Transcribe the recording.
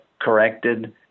corrected